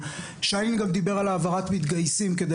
שיינין גם דיבר על העברת מתגייסים כדי